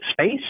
space